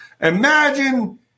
Imagine